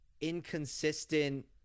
inconsistent